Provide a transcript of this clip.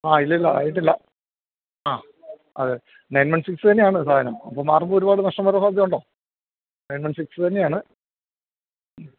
ആ ഇല്ലില്ലാ ആയിട്ടില്ല ആ അതെ നയൻ വൺ സിക്സ് തന്നെയാണു സാധനം അപ്പോള് മാറുമ്പോള് ഒരുപാട് നഷ്ടം വരാൻ സാധ്യതയുണ്ടോ നയൻ വൺ സിക്സ് തന്നെയാണ്